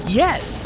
yes